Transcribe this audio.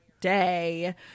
day